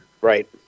right